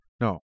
No